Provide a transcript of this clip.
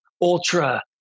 ultra